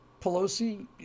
Pelosi